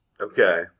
Okay